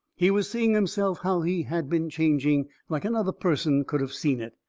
he was seeing himself how he had been changing, like another person could of seen it.